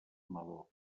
meló